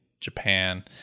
Japan